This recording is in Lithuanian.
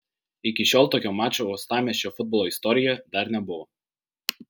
iki šiol tokio mačo uostamiesčio futbolo istorijoje dar nebuvo